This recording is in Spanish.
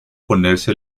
ponerse